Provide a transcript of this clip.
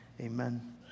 amen